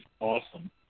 awesome